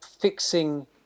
Fixing